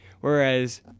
Whereas